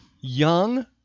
Young